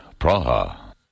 Praha. (